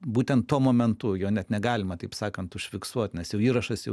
būtent tuo momentu jo net negalima taip sakant užfiksuot nes jau įrašas